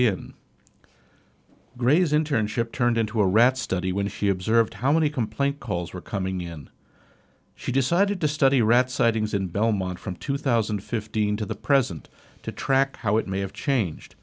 him gray's internship turned into a rat study when he observed how many complaint calls were coming in she decided to study rat sightings in belmont from two thousand and fifteen to the present to track how it may have changed